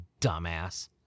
Dumbass